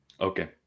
Okay